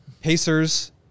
Pacers